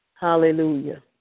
Hallelujah